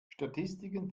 statistiken